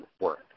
work